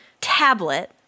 tablet